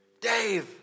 Dave